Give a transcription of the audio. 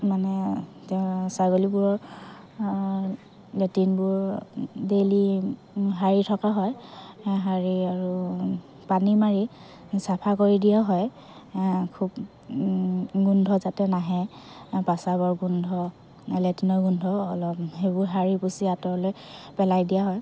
মানে ছাগলীবোৰৰ লেট্ৰিনবোৰ ডেইলী সাৰি থকা হয় সাৰি আৰু পানী মাৰি চাফা কৰি দিয়া হয় খুব গোন্ধ যাতে নাহে প্ৰাসাৱৰ গোন্ধ লেট্ৰিনৰ গোন্ধ অলপ সেইবোৰ সাৰি পুচি আঁতৰলে পেলাই দিয়া হয়